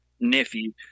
nephew